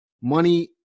money